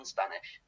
Spanish